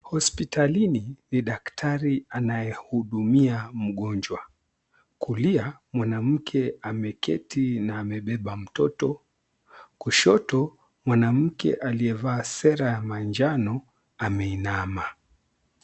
Hospitalini ni daktari anayehudumia mgonjwa. Kulia mwanamke ameketi na amebeba mtoto. Kushoto mwanamke aliyevaa sera ya manjano ameinama.